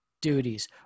duties